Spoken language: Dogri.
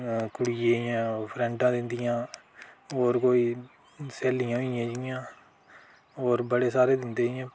कुड़िये दियां फ्रैंडां दिंदियां होर कोई स्हेलियांं होइयां जि'यां होर बड़े सारे दिंदे इ'यां